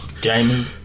Jamie